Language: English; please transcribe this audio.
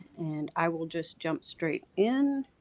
and i will just jump straight in.